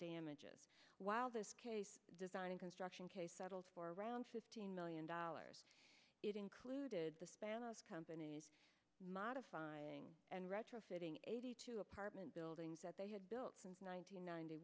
damages while this case design construction case settled for around fifteen million dollars it included the sale of companies modifying and retrofitting eighty two apartment buildings that they had built since nine hundred ninety